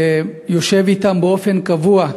יושב באופן קבוע,